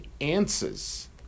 answers